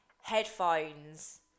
headphones